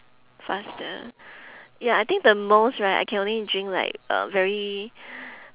faster ya I think the most right I can only drink like uh very